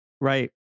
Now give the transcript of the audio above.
Right